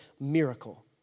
miracle